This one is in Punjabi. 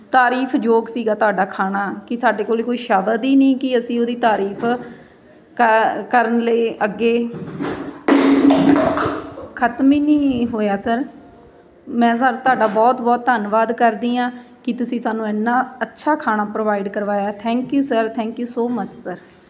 ਤਾਰੀਫ ਯੋਗ ਸੀਗਾ ਤੁਹਾਡਾ ਖਾਣਾ ਕਿ ਸਾਡੇ ਕੋਲ ਕੋਈ ਸ਼ਬਦ ਹੀ ਨਹੀਂ ਕਿ ਅਸੀਂ ਉਹਦੀ ਤਾਰੀਫ ਕ ਕਰਨ ਲਈ ਅੱਗੇ ਖਤਮ ਹੀ ਨਹੀਂ ਹੋਇਆ ਸਰ ਮੈਂ ਸਰ ਤੁਹਾਡਾ ਬਹੁਤ ਬਹੁਤ ਧੰਨਵਾਦ ਕਰਦੀ ਹਾਂ ਕਿ ਤੁਸੀਂ ਸਾਨੂੰ ਐਨਾ ਅੱਛਾ ਖਾਣਾ ਪ੍ਰੋਵਾਈਡ ਕਰਵਾਇਆ thank you sir thank you so much sir